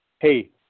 Hey